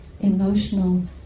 emotional